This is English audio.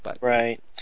Right